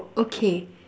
okay